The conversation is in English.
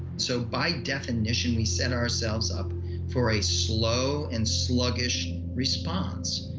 so, by definition, we set ourselves up for a slow and sluggish response.